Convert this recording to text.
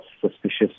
suspicious